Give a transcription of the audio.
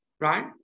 right